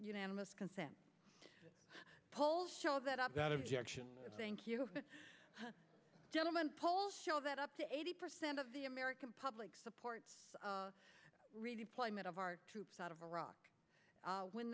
unanimous consent polls show that up thank you gentlemen polls show that up to eighty percent of the american public supports a redeployment of our troops out of iraq when